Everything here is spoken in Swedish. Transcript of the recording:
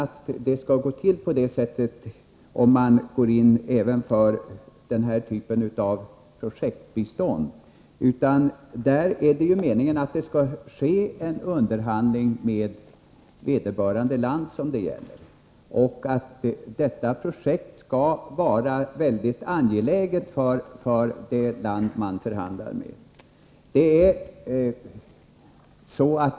Det skall inte gå till på det sättet om man går in för även den här typen av projektbistånd. Det skall ske en underhandling med vederbörande land. Projektet skall vara angeläget för det land man förhandlar med.